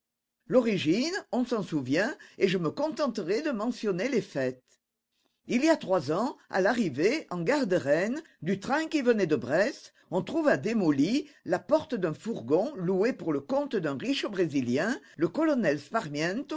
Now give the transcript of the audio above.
l'origine on s'en souvient et je me contenterai de mentionner les faits il y a trois ans à l'arrivée en gare de rennes du train qui venait de brest on trouva démolie la porte d'un fourgon loué pour le compte d'un riche brésilien le colonel